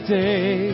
day